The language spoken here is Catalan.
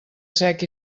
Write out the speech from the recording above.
sec